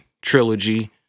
Trilogy